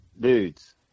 dudes